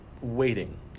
waiting